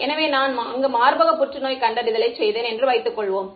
எனவே நான் அங்கு மார்பக புற்றுநோயைச் கண்டறிதளைச் செய்தேன் என்று வைத்துக்கொள்வோம்